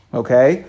okay